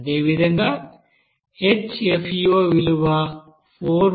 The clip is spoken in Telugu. అదేవిధంగా HFeO విలువ 4